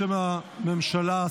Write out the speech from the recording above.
בשם הממשלה,